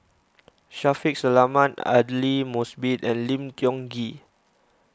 Shaffiq Selamat Aidli Mosbit and Lim Tiong Ghee